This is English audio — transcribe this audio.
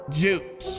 juice